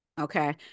Okay